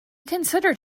considered